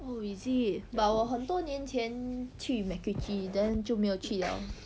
oh is it but 我很多年前去 macritchie then 就没有去了